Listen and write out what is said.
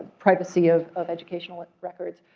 privacy of of educational records.